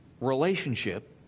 relationship